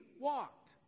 walked